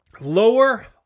lower